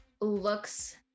looks